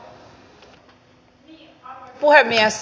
arvoisa puhemies